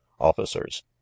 officers